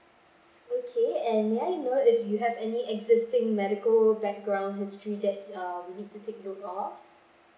okay and may I know if you have any existing medical background history that uh we need to take note of